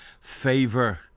favor